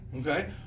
Okay